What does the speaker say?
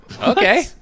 Okay